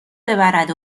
ببرد